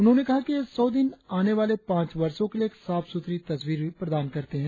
उन्होंने कहा कि ये सौ दिन आने वाले पांच वर्षों के लिए एक साफ सुथरी तस्वीर भी प्रदान करते है